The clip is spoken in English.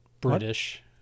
British